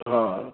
हा